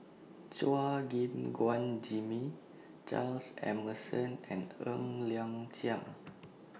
Chua Gim Guan Jimmy Charles Emmerson and Ng Liang Chiang